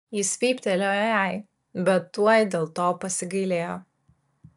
jis vyptelėjo jai bet tuoj dėl to pasigailėjo